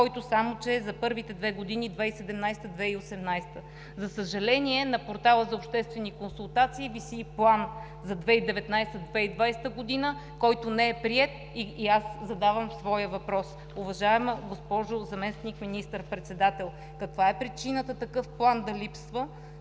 който е за първите две години, за 2017 – 2018 г. За съжаление, на портала за обществени консултации виси план за 2019 – 2020 г., който не е приет. Задавам своя въпрос, уважаема госпожо Заместник министър-председател: каква е причината такъв план да липсва?